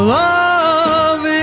love